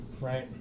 right